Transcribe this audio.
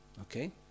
Okay